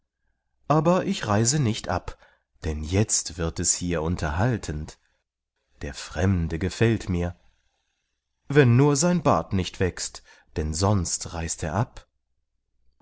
aber ich reise nicht ab denn jetzt wird es hier unterhaltend der fremde gefällt mir wenn nur sein bart nicht wächst denn sonst reist er ab